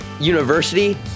university